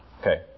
Okay